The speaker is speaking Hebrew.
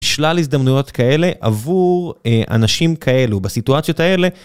שלל הזדמנויות כאלה עבור אנשים כאלו בסיטואציות האלה.